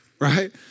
Right